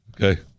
Okay